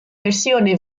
versione